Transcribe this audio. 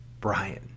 Brian